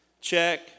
Check